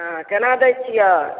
हँ केना दय छियै